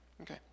Okay